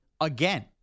Again